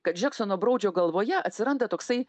kad džeksono broudžio galvoje atsiranda toksai